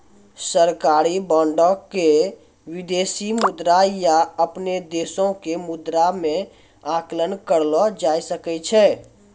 सरकारी बांडो के विदेशी मुद्रा या अपनो देशो के मुद्रा मे आंकलन करलो जाय सकै छै